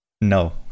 no